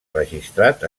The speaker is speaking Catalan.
registrat